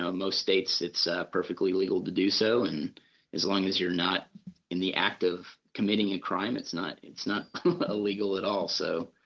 most states, it's ah perfectly legal to do so, and as long as you are not in the act of committing a crime it's not it's not illegal at all. so,